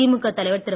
திமுக தலைவர் திரு